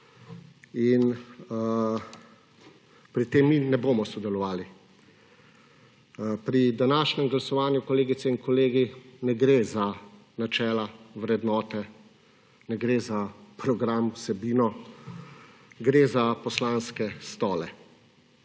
in pri tem mi ne bomo sodelovali. Pri današnjem glasovanju, kolegice in kolegi, ne gre za načela, vrednote, ne gre za program, vsebino. Gre za poslanske stole.